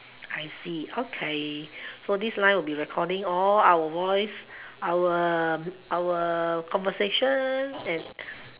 I see okay so this line will be recording all our voice our our conversation and